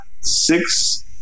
six